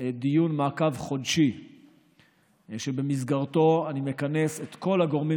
דיון מעקב חודשי שבמסגרתו אני מכנס את כל הגורמים